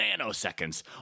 nanoseconds